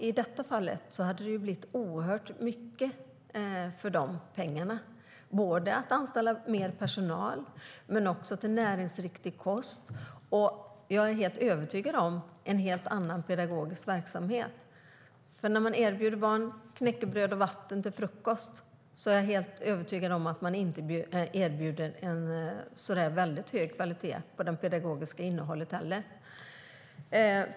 I detta fall hade det blivit ofantligt mycket pengar till att anställa mer personal, till näringsriktig kost och - det är jag helt övertygad om - till en helt annan pedagogisk verksamhet. Erbjuder man barn knäckebröd och vatten till frukost är jag övertygad om att man inte erbjuder en så hög kvalitet på det pedagogiska innehållet heller.